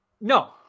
No